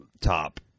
top